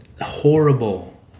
horrible